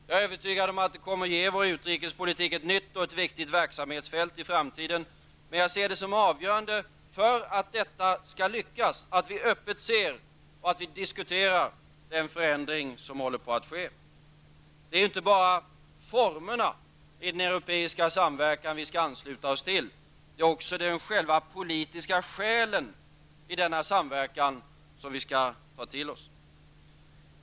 Jag är övertygad om att det kommer att ge vår utrikespolitik ett nytt och viktigt verksamhetsfält i framtiden. Men jag betraktar det som avgörande för att detta skall lyckas att vi öppet ser och diskuterar den förändring som nu håller på att ske. Det är ju inte bara formerna i den europeiska samverkan vi skall ansluta oss till. Det är också den politiska själen i denna samverkan som vi skall ta till oss.